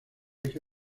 eje